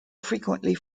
frequently